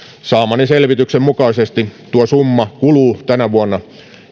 saamani selvityksen mukaisesti tuo summa kuluu tänä vuonna